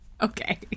Okay